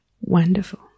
Wonderful